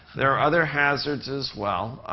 there are other hazards as well.